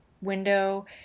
window